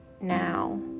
now